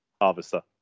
Harvester